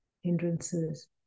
hindrances